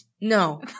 No